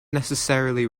necessarily